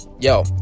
Yo